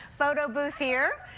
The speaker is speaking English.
photo booth here.